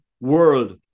world